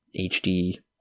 HD